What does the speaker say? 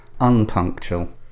Unpunctual